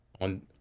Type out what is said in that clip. on